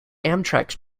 amtrak